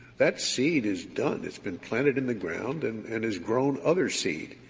that seed is done. it's been planted in the ground and and has grown other seed.